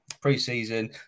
pre-season